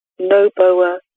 Noboa